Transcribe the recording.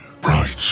Bright